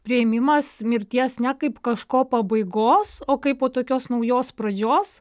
priėmimas mirties ne kaip kažko pabaigos o kaip tokios naujos pradžios